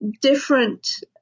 different